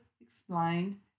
explained